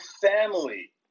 family